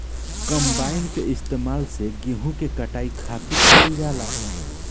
combine के इस्तेमाल से गेहूँ के कटाई खातिर कईल जाला